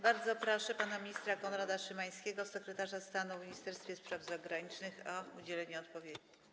Bardzo proszę pana ministra Konrada Szymańskiego, sekretarza stanu w Ministerstwie Spraw Zagranicznych, o udzielenie odpowiedzi.